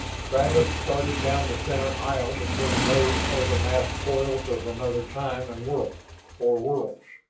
travis started down the center aisle between rows of the massed spoils of another time and world or worlds.